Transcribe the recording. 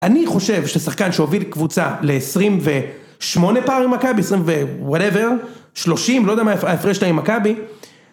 אני חושב ששחקן שהוביל קבוצה ל-28 פער עם מכבי, 20 ו... וואטאבר, 30, לא יודע מה ההפרש שלה עם מכבי.